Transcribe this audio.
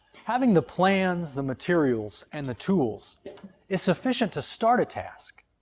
having the plans, the materials and the tools is sufficient to start a task,